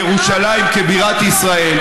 על ירושלים כבירת ישראל.